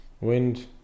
wind